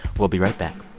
we'll be right back